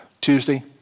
Tuesday